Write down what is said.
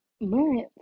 months